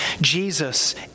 Jesus